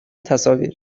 تصاویر